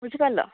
ବୁଝିପାରିଲ